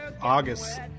august